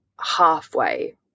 halfway